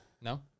No